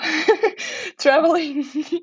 traveling